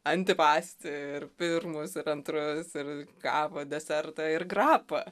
antipasti ir pirmus antrus ir kavą desertą ir grapą